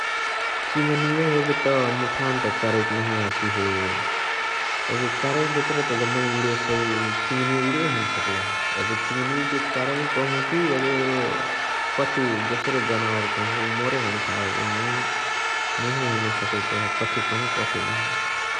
चिङनिय एबे त मुठान त चरैक नहिया हसिहे । एबे चरै जतुरा जम्मे उणेसइ चिङनिया उणियाए हैने सकलही । एबे चिङनिके चरै कहु कि एबे कथी दोसरे जनावर कहु मोरे हैने थाह एबे मुइ हैने सकइ कहे कथिह कहु कथी नही ।